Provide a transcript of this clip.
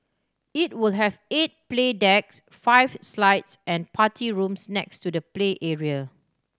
it will have eight play decks five slides and party rooms next to the play area